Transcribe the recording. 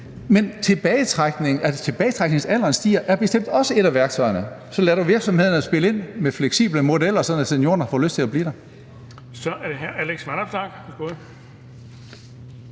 Men at lade tilbagetrækningsalderen stige er bestemt også et af værktøjerne, så lad dog virksomhederne spille ind med fleksible modeller, sådan at seniorerne får lyst til at blive. Kl. 16:59 Den fg.